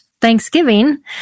Thanksgiving